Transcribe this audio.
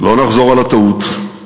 לא נחזור על הטעות,